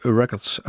Records